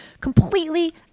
completely